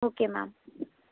okay ma'am